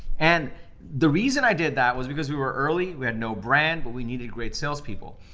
and the reason i did that was because we were early, we had no brand, but we needed great salespeople.